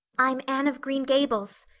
i'm anne of green gables,